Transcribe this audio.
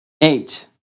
Eight